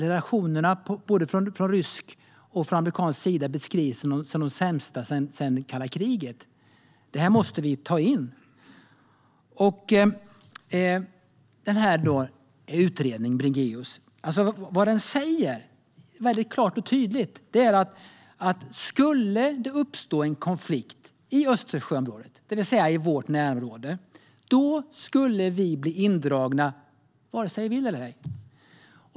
Relationerna beskrivs från både rysk och amerikansk sida som de sämsta sedan kalla kriget. Det här måste vi ta in. Vad Bringéus utredning klart och tydligt säger är att skulle det uppstå en konflikt i Östersjöområdet, det vill säga i vårt närområde, då blir vi indragna vare sig vi vill eller ej.